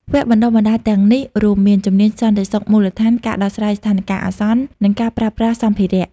វគ្គបណ្ដុះបណ្ដាលទាំងនេះរួមមាន ជំនាញសន្តិសុខមូលដ្ឋាន ការដោះស្រាយស្ថានភាពអាសន្ន និងការប្រើប្រាស់សម្ភារៈ។